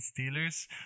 Steelers